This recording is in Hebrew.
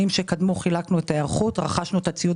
שקדמו חילקנו את ההיערכות ורכשנו את הציוד